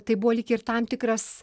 tai buvo lyg ir tam tikras